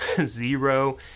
zero